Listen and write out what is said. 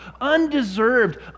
undeserved